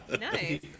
Nice